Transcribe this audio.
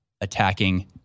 attacking